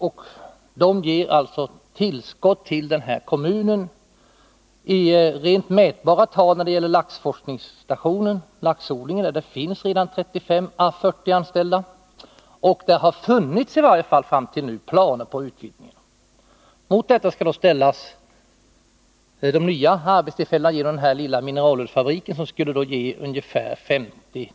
Turismen ger alltså tillskott till kommunen, i rent mätbara tal när det gäller laxforskningsstationen, laxodlingen, där det redan finns 3540 anställda. Där har i varje fall fram till nu funnits planer på en utvidgning. Mot detta skall ställas de drygt 50 nya arbetstillfällen som den här lilla mineralsullsfabriken skulle ge.